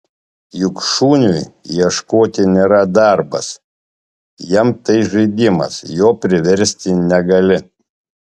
juk šuniui ieškoti nėra darbas jam tai žaidimas jo priversti negali